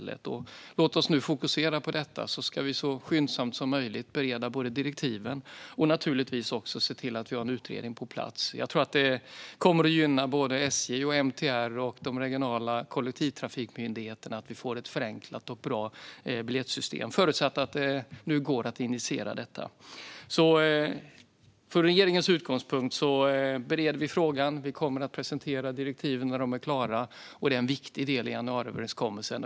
Låt oss nu fokusera på detta, så ska vi så skyndsamt som möjligt bereda direktiven och se till att det kommer en utredning på plats. Det kommer att gynna SJ, MTR och de regionala kollektivtrafikmyndigheterna att det blir ett förenklat och bra biljettsystem - förutsatt att det går att initiera detta. Regeringen bereder frågan. Vi kommer att presentera direktiven när de är klara, och frågan är en viktig del i januariöverenskommelsen.